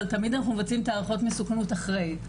אבל תמיד אנחנו מבצעים את הערכות מסוכנות אחרי.